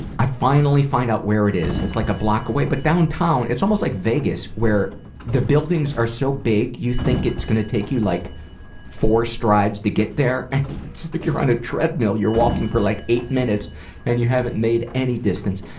i finally find out where it is. it's like a block away. but downtown it's almost like vegas, where the buildings are so big you think it's gonna take you like four strides to get there, there, and it's like you're on a treadmill. you're walking for like eight minutes and you haven't made any distance.